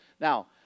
Now